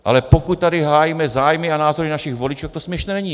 Ale pokud tady hájíme zájmy a názory našich voličů, tak to směšné není.